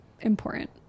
important